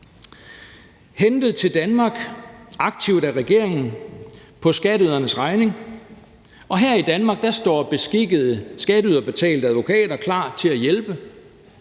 hentet til Danmark af regeringen på skatteydernes regning, og her i Danmark står beskikkede skatteyderbetalte advokater klar til at hjælpe.